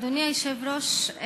אדוני היושב-ראש,